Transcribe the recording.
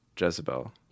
Jezebel